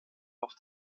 auf